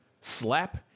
slap